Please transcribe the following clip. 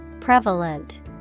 Prevalent